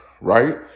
Right